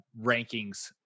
rankings